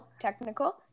technical